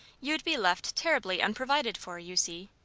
you'd be left terribly unprovided for, you see.